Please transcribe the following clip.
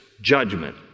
judgment